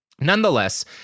Nonetheless